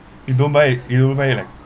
you don't buy you don't buy like